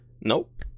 Nope